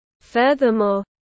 Furthermore